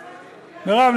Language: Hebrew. מירב,